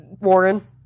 Warren